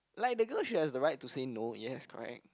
like the girl she has the right to say no yes correct